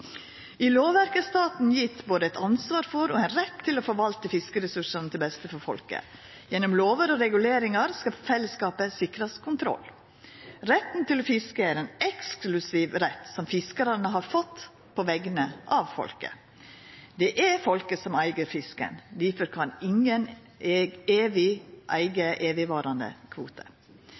ansvar for og ein rett til å forvalta fiskeressursane til beste for folket. Gjennom lover og reguleringar skal fellesskapet sikrast kontroll. Retten til å fiska er ein eksklusiv rett som fiskarane har fått på vegner av folket. Det er folket som eig fisken. Difor kan ingen eiga evigvarande kvote.